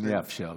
אני אאפשר לך.